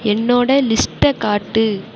என்னோட லிஸ்ட்டை காட்டு